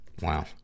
Wow